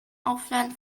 aufladen